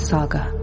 Saga